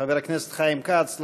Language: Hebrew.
חבר הכנסת חיים כץ,